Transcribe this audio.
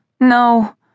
No